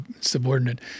subordinate